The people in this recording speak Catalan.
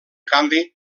canvi